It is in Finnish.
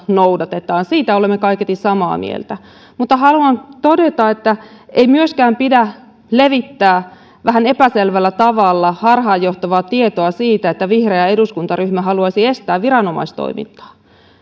noudatetaan siitä olemme kaiketi samaa mieltä mutta haluan todeta että ei myöskään pidä levittää vähän epäselvällä tavalla harhaanjohtavaa tietoa siitä että vihreä eduskuntaryhmä haluaisi estää viranomaistoimintaa